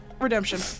redemption